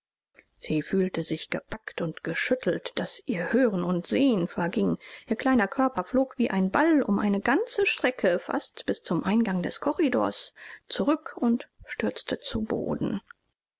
sie fühlte sich gepackt und geschüttelt daß ihr hören und sehen verging ihr kleiner körper flog wie ein ball um eine ganze strecke fast bis zum eingang des korridors zurück und stürzte zu boden